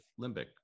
limbic